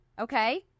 okay